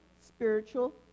spiritual